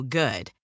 good